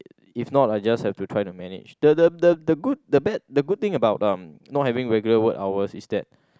if not I just have to try to manage the the the good the bad the good thing about uh not having regular work hour is that